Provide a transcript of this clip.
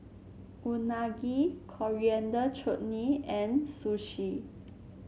Unagi Coriander Chutney and Sushi